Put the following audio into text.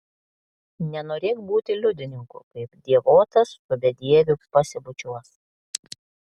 nenorėk būti liudininku kaip dievotas su bedieviu pasibučiuos